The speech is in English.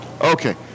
Okay